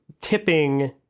tipping